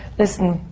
listen,